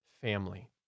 family